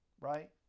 right